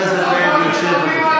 חבר הכנסת בן גביר, שב, בבקשה.